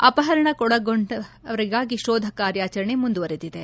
ಅಪಹರಣಗೊಂಡವರಿಗಾಗಿ ಶೋಧ ಕಾರ್ಯಚರಣೆ ಮುಂದುವರೆದಿದೆ